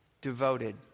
Devoted